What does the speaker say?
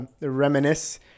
reminisce